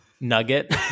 nugget